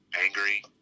angry